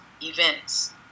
events